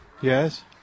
Yes